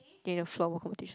in a floorball competition